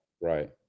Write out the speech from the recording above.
Right